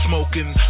Smoking